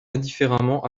indifféremment